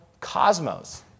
cosmos